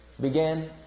began